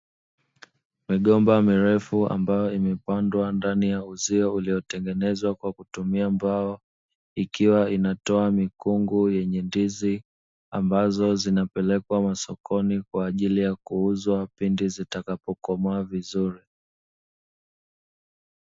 Migomba mirefu ambayo imepandwa ndani ya uzio ulio tengenezwa kwa kutumia mbao, ikiwa inatoa mikungu yenye ndizi ambazo zinapelekwa masokoni kwa ajili ya kuuzwa pindi zitakapo komaa vizuri.